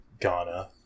Ghana